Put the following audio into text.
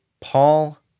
Paul